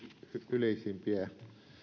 yleisimpiä